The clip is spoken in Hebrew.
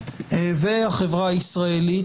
והחברה הישראלית,